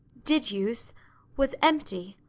did use was empty.